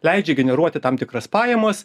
leidžia generuoti tam tikras pajamas